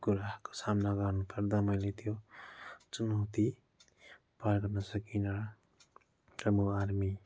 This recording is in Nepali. कुराको सामना गर्नु पर्दा मैले त्यो चुनौती पार गर्न सकिँन र म आर्मी